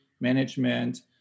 management